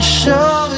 show